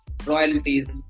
royalties